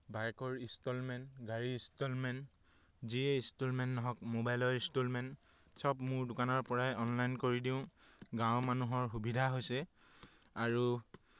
বাইকৰ ইনষ্টলমেণ্ট গাড়ী ইনষ্টলমেণ্ট যিয়ে ইনষ্টলমেণ্ট নহওক মোবাইলৰ ইনষ্টলমেণ্ট চব মোৰ দোকানৰপৰাই অনলাইন কৰি দিওঁ গাঁৱৰ মানুহৰ সুবিধা হৈছে আৰু